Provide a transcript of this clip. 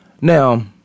now